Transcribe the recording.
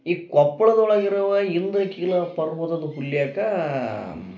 ಈ ಕೊಪ್ಳದೊಳಗಿರುವ ಇಂದಕಿಲ ಪರ್ವತದ ಉಲ್ಲೇಖ